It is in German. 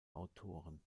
autoren